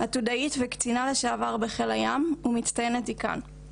עתודאית וקצינה לשעבר בחיל הים ומצטיינת דיקאן.